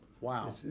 Wow